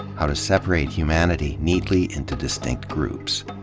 how to separate humanity neatly into d istinct groups.